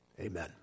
amen